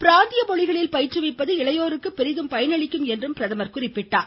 பிராந்திய மொழிகளில் பயிற்றுவிப்பது இளையோருக்கு பெரிதும் பயனளிக்கும் என்றும் பிரதமர் குறிப்பிட்டார்